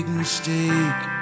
mistake